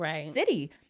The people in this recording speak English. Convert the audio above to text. city